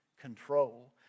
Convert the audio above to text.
control